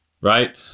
right